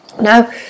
Now